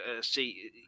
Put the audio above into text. see